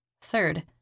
Third